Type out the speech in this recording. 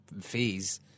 fees